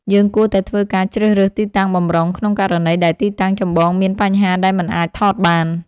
យើងគួរតែធ្វើការជ្រើសរើសទីតាំងបម្រុង ក្នុងករណីដែលទីតាំងចម្បងមានបញ្ហាដែលមិនអាចថតបាន។